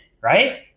right